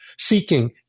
seeking